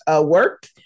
work